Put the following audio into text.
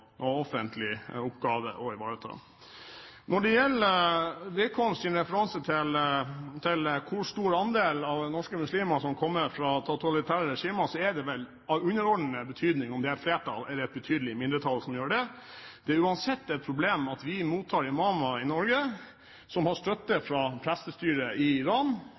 offentlig oppgave å ivareta. Når det gjelder Wickholms referanse til hvor stor andel av norske muslimer som kommer fra totalitære regimer, er det vel av underordnet betydning om det er et flertall eller et betydelig mindretall som gjør det. Det er uansett et problem at vi mottar imamer i Norge som har støtte fra prestestyret i Iran,